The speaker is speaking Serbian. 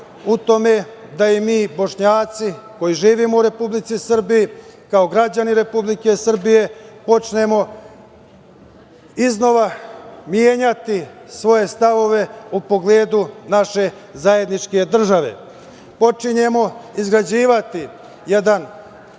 u tome da i mi, Bošnjaci koji živimo u Republici Srbiji kao građani Republike Srbije, počnemo iznova menjati svoje stavove u pogledu naše zajedničke države. Počinjemo izgrađivati jedan